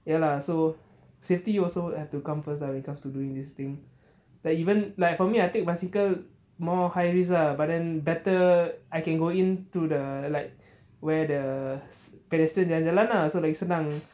ya lah so safety also have to come first ah because you are doing this thing like even like for me I take bicycle more high risk lah but then better I can go in to the like where the pedestrian jalan jalan lah so like senang